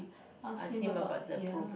ask him about yeah